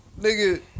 nigga